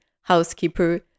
housekeeper